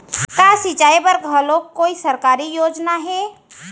का सिंचाई बर घलो कोई सरकारी योजना हे?